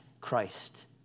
Christ